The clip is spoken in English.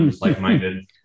like-minded